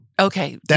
Okay